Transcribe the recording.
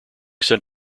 sent